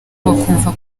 bakumva